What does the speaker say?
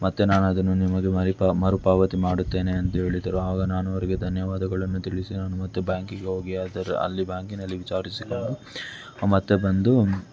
ಮತ್ತು ನಾನದನ್ನು ನಿಮಗೆ ಮರಿಪಾ ಮರುಪಾವತಿ ಮಾಡುತ್ತೇನೆ ಎಂದು ಹೇಳಿದರು ಆಗ ನಾನು ಅವರಿಗೆ ಧನ್ಯವಾದಗಳನ್ನು ತಿಳಿಸಿ ನಾನು ಮತ್ತು ಬ್ಯಾಂಕಿಗೆ ಹೋಗಿ ಅದರ ಅಲ್ಲಿ ಬ್ಯಾಂಕಿನಲ್ಲಿ ವಿಚಾರಿಸಿ ಬಂದು ಮತ್ತು ಬಂದು